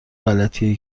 غلطیه